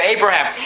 Abraham